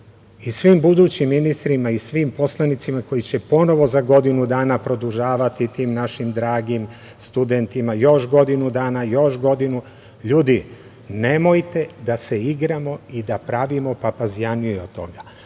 i svim budućim ministrima i svim poslanicima koji će ponovo za godinu dana produžavati tim našim dragim studentima još godinu dana, još godinu. Ljudi, nemojte da se igramo i da pravimo papazjaniju od toga. Mi